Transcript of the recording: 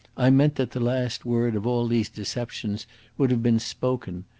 i meant that the last word of all these deceptions would have been spoken.